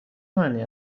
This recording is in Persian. معنی